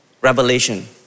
revelation